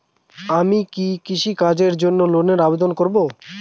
আমি কি কৃষিকাজের জন্য লোনের আবেদন করব?